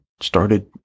started